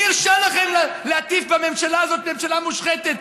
מי הרשה לכם להטיח בממשלה הזאת: ממשלה מושחתת?